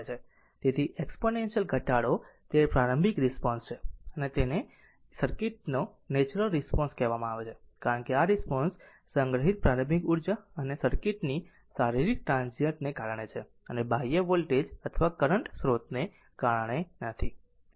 તેથી એક્ષ્પોનેન્શીયલ ઘટાડો તે પ્રારંભિક રિસ્પોન્સ છે અને તેને સર્કિટ નો નેચરલ રિસ્પોન્સ કહેવામાં આવે છે કારણ કે આ રિસ્પોન્સ સંગ્રહિત પ્રારંભિક ઉર્જા અને સર્કિટ ની શારીરિક ટ્રાન્ઝીયન્ટ ને કારણે છે અને બાહ્ય વોલ્ટેજ અથવા કરંટ સ્રોતને કારણે નથી